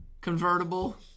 convertible